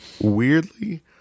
Weirdly